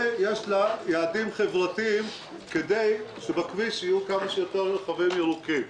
ויש לה יעדים חברתיים כדי שבכביש יהיו כמה שיותר רכבים ירוקים.